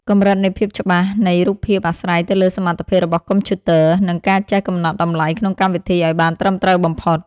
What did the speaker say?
កម្រិតនៃភាពច្បាស់នៃរូបភាពអាស្រ័យទៅលើសមត្ថភាពរបស់កុំព្យូទ័រ និង ការចេះកំណត់តម្លៃក្នុងកម្មវិធីឱ្យបានត្រឹមត្រូវបំផុត។